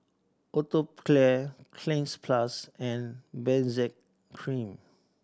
Atopiclair Cleanz Plus and Benzac Cream